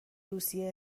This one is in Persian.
روسیه